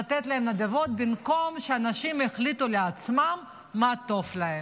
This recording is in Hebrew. לתת להם נדבות במקום שאנשים יחליטו לעצמם מה טוב להם.